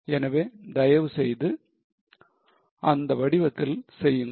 எனவே தயவு செய்து அந்த வடிவத்தில் செய்யுங்கள்